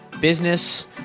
business